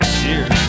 Cheers